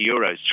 Euros